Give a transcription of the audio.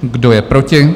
Kdo je proti?